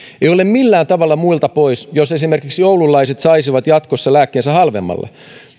ole millään tavalla muilta pois jos esimerkiksi oululaiset saisivat jatkossa lääkkeensä halvemmalla